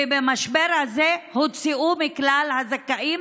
ובמשבר הזה הוצאו מכלל הזכאים